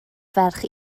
ferch